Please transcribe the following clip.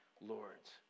lords